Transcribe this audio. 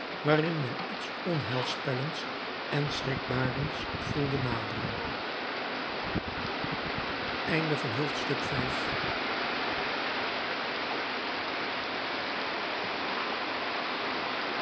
waarin men iets onheilspellends en schrikbarends voelde naderen